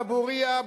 דבורייה,